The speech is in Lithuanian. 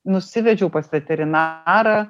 nusivedžiau pas veterinarą